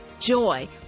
Joy